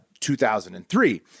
2003